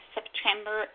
September